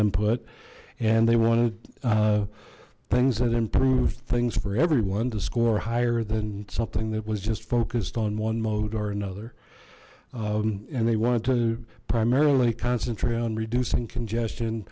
input and they wanted things that improve things for everyone to score higher than something that was just focused on one mode or another and they want to primarily concentrate on reducing congestion